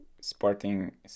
sporting